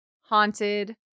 haunted